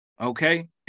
Okay